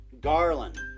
Garland